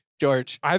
George